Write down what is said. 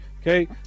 Okay